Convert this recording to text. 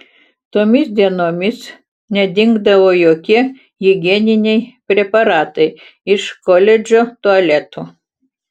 tomis dienomis nedingdavo jokie higieniniai preparatai iš koledžo tualetų